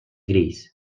grills